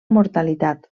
mortalitat